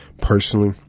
personally